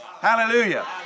Hallelujah